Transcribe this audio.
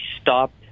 stopped